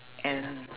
and